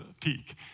peak